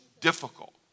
difficult